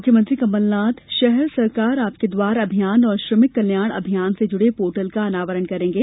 मुख्यमंत्री कमलनाथ कल शहर सरकार आपके द्वार अभियान और श्रमिक कल्याण अभियान से जुड़े पोर्टल का अनावरण करेंगे